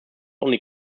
only